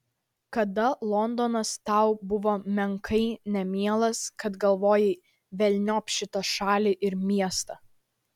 kada londonas tau buvo labai nemielas kada galvojai velniop šitą šalį ir miestą